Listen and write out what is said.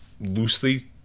loosely